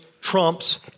trumps